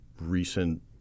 recent